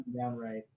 downright